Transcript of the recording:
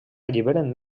alliberen